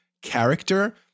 character